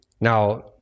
Now